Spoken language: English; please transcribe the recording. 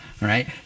right